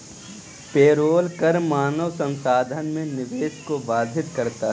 payroll कर मानव संसाधन में निवेश को बाधित करता है